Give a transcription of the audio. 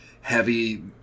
heavy